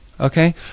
okay